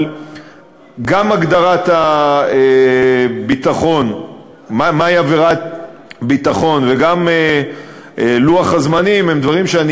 אבל גם הגדרה מהי עבירת ביטחון וגם לוח הזמנים הם דברים שאני